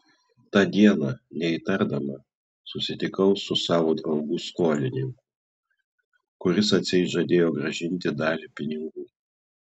tą dieną neįtardama susitikau su savo draugu skolininku kuris atseit žadėjo grąžinti dalį pinigų